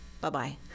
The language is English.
Bye-bye